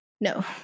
No